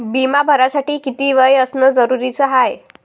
बिमा भरासाठी किती वय असनं जरुरीच हाय?